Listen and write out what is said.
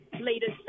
Leaders